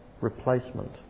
replacement